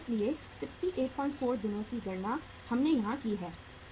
इसलिए 684 दिनों की गणना हमने यहां की है